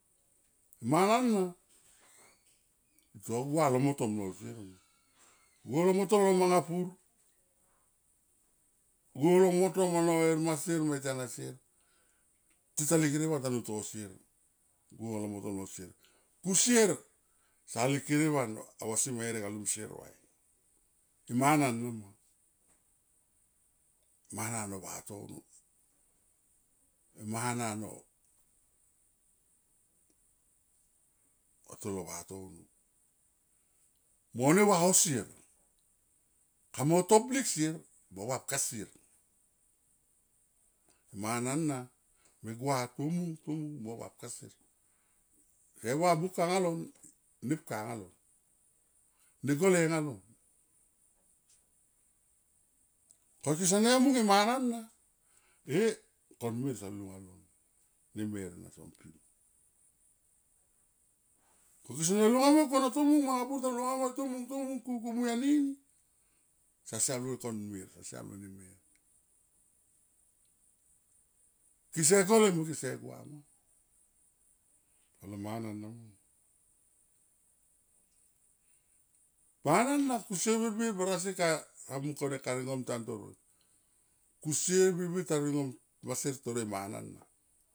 Mana na to gua lo motom lol sier ma gua lo motom lo manga pur, gua lo motom ano herma sier mo e tena sier tita likere van tanu to sier go lo motom lo sier. Kusier sa likere vari a vasima herek alum sier vai e mana nama, mana no vatono e mana no ma tolo vatono. Mo ne va o sier kamo to blik sier mo vapka sier mana na me gua tomung tomung mo vapka sier se va buka nga lon nepka nga lon ne gole nga lon, ko sesene mung e mana na e kon mer son lunga lon nemer ena son pi ma ko sesene lunga moi kona tomung manga pur ta lunga moi tomung tomung kuku mui anini, sa siam lol kon mir sa siam mini mir. Kese gole mo kese gua ma alo mana nama. Mana na kusier birbir barasi ka mung kone ka ringom tan toroi kusier birbir ta ringo ma sier toro e manana.